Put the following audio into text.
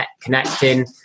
connecting